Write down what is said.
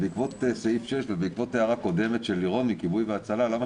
בעקבות תקנה 6 ובעקבות הערה קודמת של לירון מכיבוי והצלה: למה